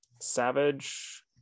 Savage